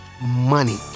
money